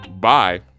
bye